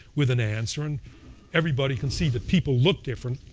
with an answer. and everybody can see that people look different,